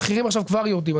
המחירים עכשיו כבר יורדים,